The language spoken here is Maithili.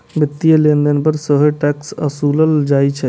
वित्तीय लेनदेन पर सेहो टैक्स ओसूलल जाइ छै